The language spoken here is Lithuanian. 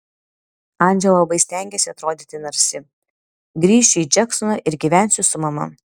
andžela labai stengiasi atrodyti narsi grįšiu į džeksoną ir gyvensiu su mama